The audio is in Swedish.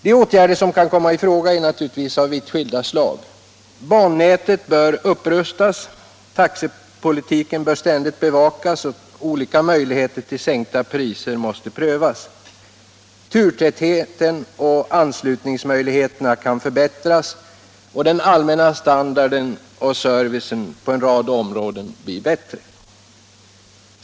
De åtgärder som kan komma i fråga är naturligtvis av vitt skilda slag. Bannätet bör upprustas, taxepolitiken bör ständigt bevakas och olika möjligheter till sänkta priser måste prövas, turtätheten och anslutningsmöjligheterna kan förbättras och den allmänna standarden och servicen på en rad områden bli bättre.